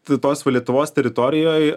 tai tos va lietuvos teritorijoj